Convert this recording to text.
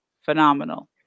Phenomenal